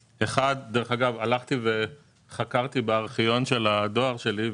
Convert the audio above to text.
הלכתי וחקרתי בארכיון של הדואר שלי,